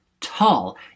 tall